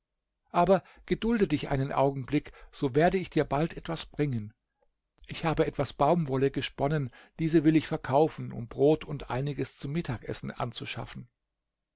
aber gedulde dich einen augenblick so werde ich dir bald etwas bringen ich habe etwas baumwolle gesponnen diese will ich verkaufen um brot und einiges zum mittagessen anzuschaffen